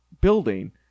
building